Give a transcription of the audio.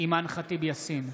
אימאן ח'טיב יאסין,